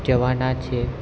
જવાના છીએ